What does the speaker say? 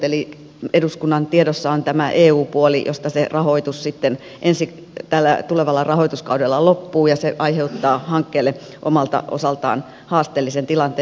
eli eduskunnan tiedossa on tämä eu puoli josta rahoitus tällä tulevalla rahoituskaudella loppuu ja se aiheuttaa hankkeelle omalta osaltaan haasteellisen tilanteen